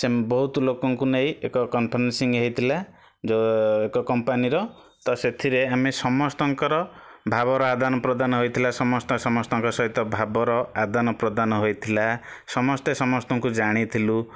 ସେ ବହୁତ ଲୋକଙ୍କୁ ନେଇ ଏକ କନଫର୍ସିଙ୍ଗ ହେଇଥିଲା ଯେଉଁ ଏକ କମ୍ପାନୀ ର ତ ସେଥିରେ ଆମେ ସମସ୍ତଙ୍କର ଭାବର ଆଦାନପ୍ରଦାନ ହୋଇଥିଲା ସମସ୍ତେ ସମସ୍ତଙ୍କ ସହିତ ଭାବର ଆଦାନପ୍ରଦାନ ହୋଇଥିଲା ସମସ୍ତେ ସମସ୍ତଙ୍କୁ ଜାଣିଥିଲୁ